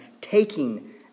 taking